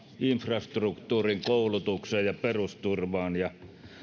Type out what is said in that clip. infrastruktuuriin koulutukseen ja perusturvaan ja